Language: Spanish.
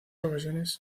ocasiones